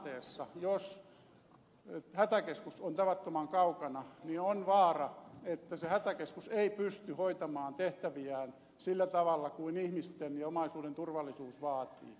sellaisessa tilanteessa jos hätäkeskus on tavattoman kaukana on vaara että se hätäkeskus ei pysty hoitamaan tehtäviään sillä tavalla kuin ihmisten ja omaisuuden turvallisuus vaatii